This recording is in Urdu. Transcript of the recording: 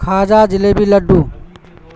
کھاجا جلیبی لڈو